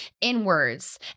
inwards